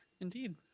Indeed